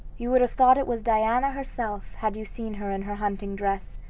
you would have thought it was diana herself, had you seen her in her hunting dress,